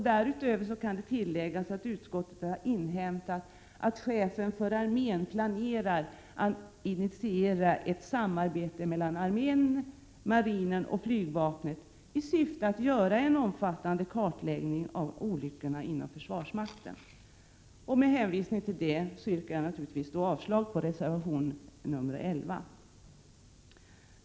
Därutöver kan tilläggas att utskottet har inhämtat att chefen för armén planerar att initiera ett samarbete mellan armén, marinen och flygvapnet i syfte att göra en omfattande kartläggning av olyckorna inom försvarsmakten. Med hänvisning till det anförda yrkar jag avslag på reservation nr 11.